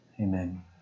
Amen